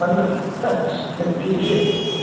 पंद्रह ठीक है